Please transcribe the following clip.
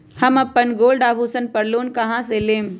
हम अपन गोल्ड आभूषण पर लोन कहां से लेम?